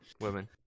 Women